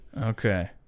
Okay